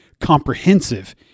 comprehensive